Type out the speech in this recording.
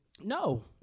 No